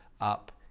up